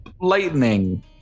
lightning